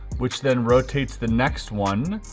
which then rotates the next one,